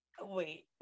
wait